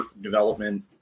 development